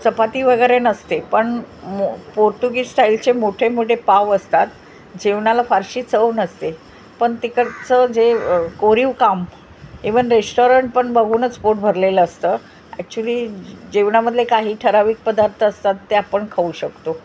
चपाती वगरे नसते पण मो पोर्तुगीस्टाईलचे मोठे मोठे पाव असतात जेवणाला फारशी चव नसते पण तिकडचं जे कोरीव काम इवन रेस्टॉरंट पण बघूनच पोट भरलेलं असतं ॲक्च्युली जेवणामधले काही ठराविक पदार्थ असतात ते आपण खाऊ शकतो